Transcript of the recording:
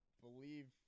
believe